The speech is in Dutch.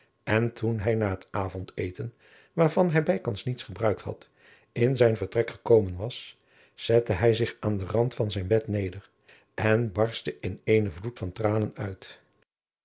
en toen hij na het avondeten waarvan hij bijkans niets gebruikt had in zijn vertrek gekomen was zette hij zich aan den rand van zijn bed neder en barstte in eenen vloed van tranen uit